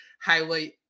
highlight